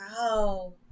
wow